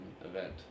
event